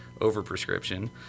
over-prescription